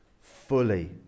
fully